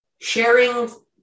sharing